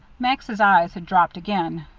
max's eyes had dropped again.